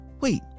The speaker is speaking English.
Wait